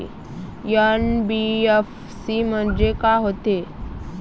NBFC म्हणजे का होते?